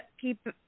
keep